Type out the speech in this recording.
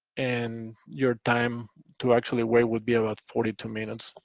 and your time to actually wait would be about forty two minutes.